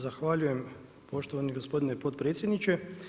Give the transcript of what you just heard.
Zahvaljujem poštovani gospodine potpredsjedniče.